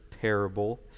parable